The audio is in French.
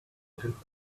toute